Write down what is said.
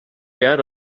yet